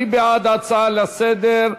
מי בעד ההצעה לסדר-היום?